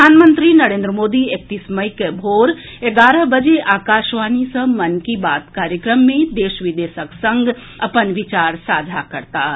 प्रधानमंत्री नरेन्द्र मोदी एकतीस मई के भोर एगारह बजे आकाशवाणी सॅ मन की बात कार्यक्रम मे देश विदेशक संग अपन विचार साझा करताह